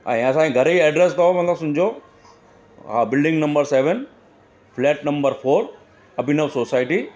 ऐं असांजी घर जी एड्रैस अथव मतिलबु सम्झो हा building number seven flat number four Abhinav society